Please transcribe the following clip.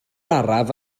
araf